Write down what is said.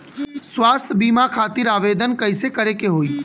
स्वास्थ्य बीमा खातिर आवेदन कइसे करे के होई?